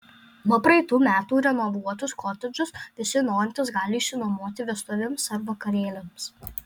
nuo praeitų metų renovuotus kotedžus visi norintys gali išsinuomoti vestuvėms ar vakarėliams